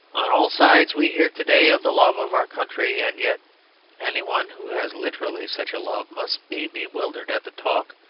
on all sides we hear to-day of the love of our country, and yet anyone who has literally such a love must be bewildered at the talk,